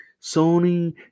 Sony